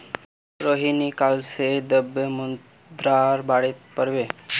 रोहिणी काल से द्रव्य मुद्रार बारेत पढ़बे